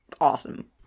awesome